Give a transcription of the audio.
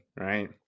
right